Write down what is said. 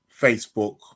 Facebook